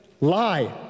Lie